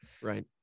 Right